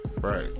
Right